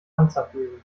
panzerbeeren